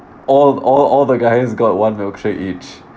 all all all the guys got one milkshake each